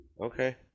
Okay